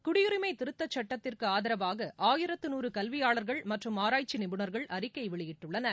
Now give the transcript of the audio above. குடியுரிமை திருத்த சட்டத்திற்கு ஆதரவாக ஆயிரத்து நூறு கல்வியாளர்கள் மற்றும் ஆராய்ச்சி நிபுணர்கள் அறிக்கை வெளியிட்டுள்ளனர்